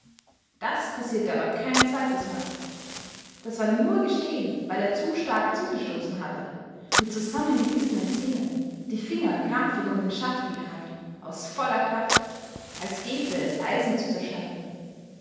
das passierte aber kein zweitesmal das war nur geschehen weil er zu stark zugestoßen hatte mit zusammengebissenen zähnen die finger krampfig um den schaft gekrallt aus voller kraft als gälte es eisen zu zerschneiden